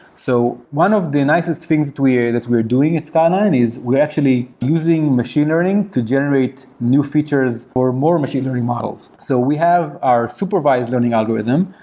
so one of the nicest things that we're doing at skyline is we're actually using machine learning to generate new features for more machine learning models. so we have our supervised learning algorithms,